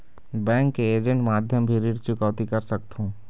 Bank के agent माध्यम भी ऋण चुकौती कर सकथों?